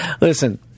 Listen